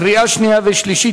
קריאה שנייה וקריאה שלישית.